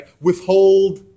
Withhold